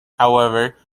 however